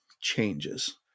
changes